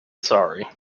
sorry